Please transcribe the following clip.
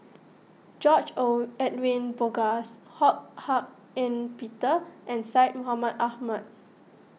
George Edwin Bogaars Ho Hak Ean Peter and Syed Mohamed Ahmed